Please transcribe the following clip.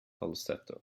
falsetto